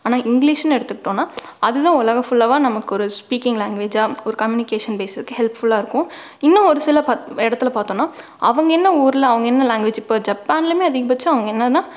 ஆனால் இங்கிலீஷ்னு எடுத்துகிட்டோனா அது தான் உலகம் ஃபுல்லாவாக நமக்கு ஒரு ஸ்பீக்கிங் லேங்குவேஜாக ஒரு கம்முனிகேசன் பேஸு ஹெல்ப்ஃபுல்லாக இருக்கும் இன்னும் ஒரு சில பக் இடத்துல பார்த்தோனா அவங்க என்ன ஊரில் அவங்க என்ன லேங்குவேஜ் இப்போ ஜப்பான்லையுமே அதிகபட்சம் அவங்க என்னானா